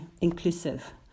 inclusive